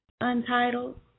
Untitled